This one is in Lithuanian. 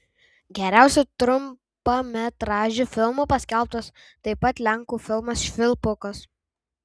geriausiu trumpametražiu filmu paskelbtas taip pat lenkų filmas švilpukas